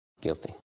Guilty